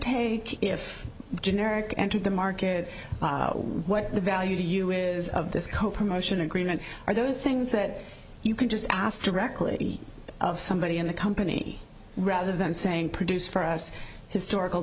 take if generic entered the market what the value to you is of this co promotion agreement or those things that you can just ask directly of somebody in the company rather than saying produce for us historical